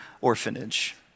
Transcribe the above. Orphanage